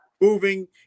moving